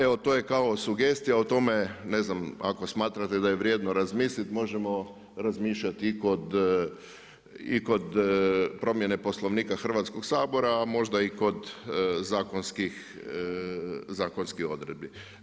Evo to je kao sugestija, o tome, ne znam ako smatrate da je vrijedno razmisliti, možemo razmišljati i kod promjene Poslovnika Hrvatskoga sabora a možda i kod zakonskih odredbi.